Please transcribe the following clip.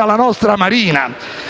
alla nostra Marina.